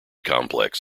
complex